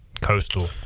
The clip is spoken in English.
coastal